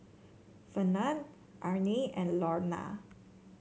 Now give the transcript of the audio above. Fernand Arnie and Launa